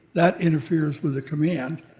that interferes with the command,